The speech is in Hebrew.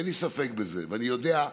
אין לי ספק בזה, אני יודע,